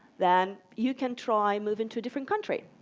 then you can try moving to a different country,